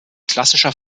klassischer